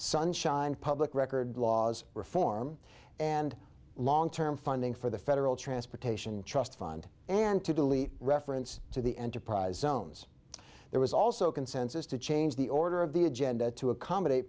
sunshine public record laws reform and long term funding for the federal transportation trust fund and to delete reference to the enterprise zones there was also consensus to change the order of the agenda to accommodate